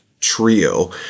trio